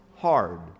hard